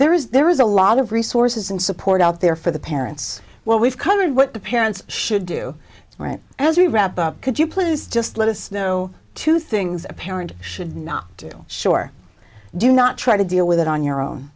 there is there is a lot of resources and support out there for the parents well we've covered what the parents should do right as we wrap up could you please just let us know two things a parent should not sure do not try to deal with it on your own